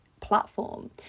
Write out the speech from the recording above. platform